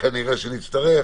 וכנראה שנצטרך